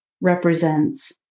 represents